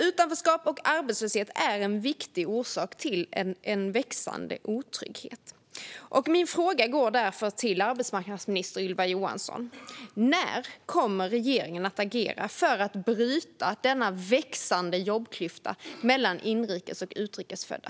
Utanförskap och arbetslöshet är en viktig orsak till växande otrygghet. Min fråga går därför till arbetsmarknadsminister Ylva Johansson: När kommer regeringen att agera för att bryta utvecklingen med denna växande jobbklyfta mellan inrikes och utrikes födda?